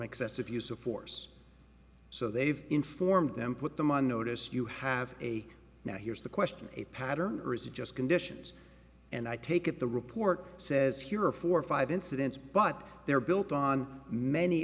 excessive use of force so they've informed them put them on notice you have a now here's the question a pattern or is it just conditions and i take it the report says here are four or five incidents but they're built on many